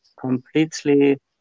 completely